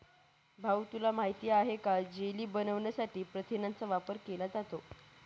भाऊ तुला माहित आहे का जेली बनवण्यासाठी प्रथिनांचा वापर केला जातो